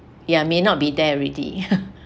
ya may not be there already